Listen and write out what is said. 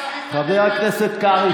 אמרתי שאני חושבת שצריך, חברת הכנסת לסקי,